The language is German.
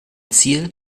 ziel